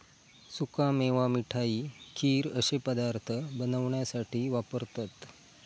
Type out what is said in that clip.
सुका मेवा मिठाई, खीर अश्ये पदार्थ बनवण्यासाठी वापरतत